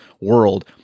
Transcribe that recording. world